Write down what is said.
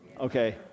Okay